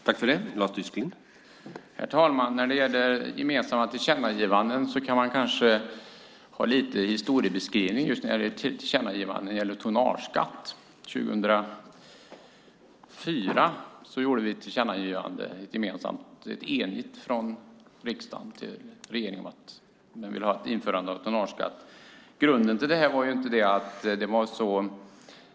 Herr talman! När det gäller gemensamma tillkännagivanden kanske man ska ha lite historiskt perspektiv. Beträffande tonnageskatt gjorde vi ett gemensamt tillkännagivande 2004. Det var ett enigt utskott som tillkännagav regeringen att man ville ha införande av tonnageskatt.